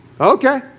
Okay